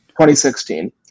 2016